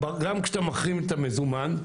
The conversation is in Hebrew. גם כשאתה מחרים את המזומן,